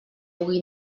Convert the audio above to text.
pugui